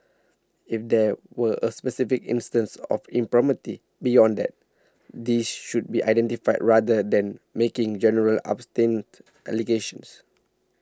if there were a specific instances of impropriety beyond that these should be identified rather than making general allegations